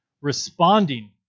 responding